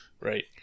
Right